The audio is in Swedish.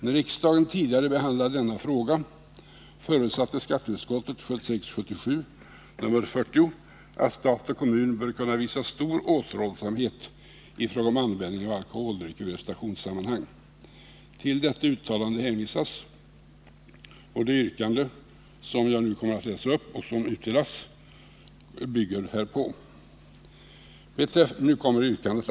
När riksdagen tidigare behandlade denna fråga förutsatte skatteutskottet i sitt betänkande 1976/77:40 att stat och kommun bör kunna visa stor återhållsamhet i fråga om användning av alkoholdrycker i representationssammanhang. Till detta uttalande hänvisas, och det yrkande som har utdelats till kammarens ledamöter och som jag nu kommer att läsa upp bygger på detta.